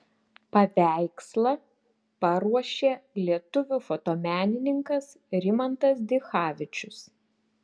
paveikslą paruošė lietuvių fotomenininkas rimantas dichavičius